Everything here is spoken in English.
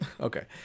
okay